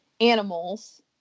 animals